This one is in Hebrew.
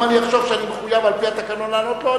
אם אני אחשוב שאני מחויב על-פי התקנון לענות לו,